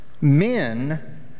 men